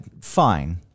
fine